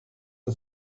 the